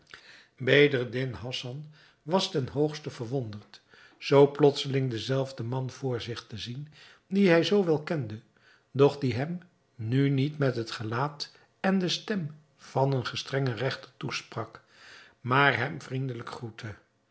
bedreddin hassan was ten hoogste verwonderd zoo plotseling den zelfden man voor zich te zien dien hij zoo wel kende doch die hem nu niet met het gelaat en de stem van een gestrengen regter toesprak maar hem vriendelijk groette